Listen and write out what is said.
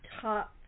top